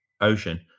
ocean